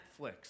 Netflix